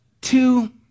two